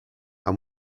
and